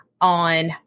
on